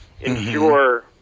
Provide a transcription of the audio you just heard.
ensure